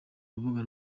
urubuga